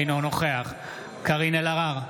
אינו נוכח קארין אלהרר,